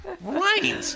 Right